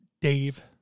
Dave